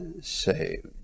saved